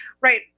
right